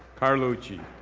carlucci,